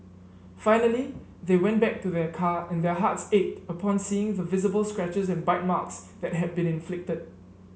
finally they went back to their car and their hearts ached upon seeing the visible scratches and bite marks that had been inflicted